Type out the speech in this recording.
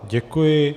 Děkuji.